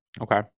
Okay